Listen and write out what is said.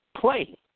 play